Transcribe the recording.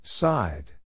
Side